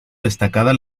destacada